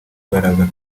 baraza